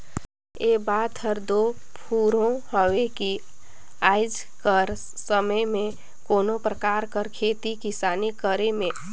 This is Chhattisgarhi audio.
ए बात हर दो फुरों हवे कि आएज कर समे में कोनो परकार कर खेती किसानी करे में